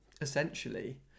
essentially